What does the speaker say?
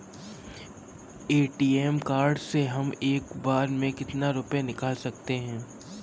ATM card से हम एक बार में कितना रुपया निकाल सकते हैं?